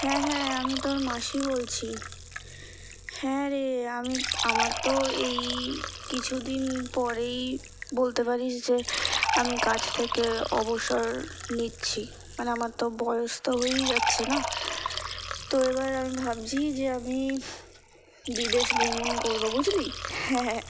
হ্যাঁ হ্যাঁ আমি তোর মাসি বলছি হ্যাঁ রে আমি আমার তো এই কিছু দিন পরেই বলতে পারিস যে আমি কাজ থেকে অবসর নিচ্ছি মানে আমার তো বয়স তো হয়েই যাচ্ছে না তো এবার আমি ভাবছি যে আমি বিদেশ ভ্রমণ করবো বুঝলি হ্যাঁ হ্যাঁ হ্যাঁ